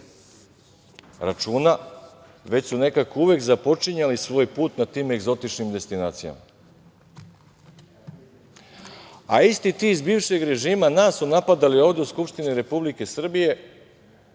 računa, već su nekako uvek započinjali svoj put na tim egzotičnim destinacijama, a isti ti iz bivšeg režima nas su napadali ovde u Skupštini Republike Srbije